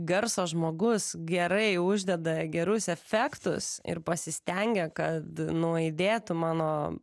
garso žmogus gerai uždeda gerus efektus ir pasistengia kad nuaidėtų mano